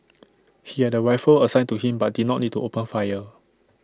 he had A rifle assigned to him but did not need to open fire